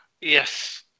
Yes